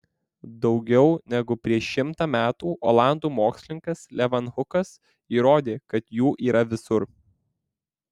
daugiau negu prieš šimtą metų olandų mokslininkas levenhukas įrodė kad jų yra visur